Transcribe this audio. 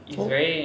oh